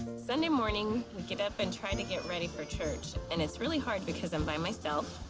sunday morning, we get up and try to get ready for church. and it's really hard because i'm by myself.